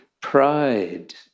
pride